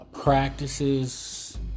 practices